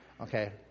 Okay